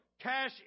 cash